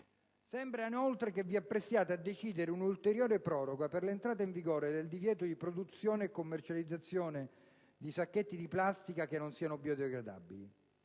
Sembra inoltre che vi apprestiate a decidere un'ulteriore proroga per l'entrata in vigore del divieto di produzione e commercializzazione dei sacchetti di plastica che non siano biodegradabili,